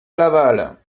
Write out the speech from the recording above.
laval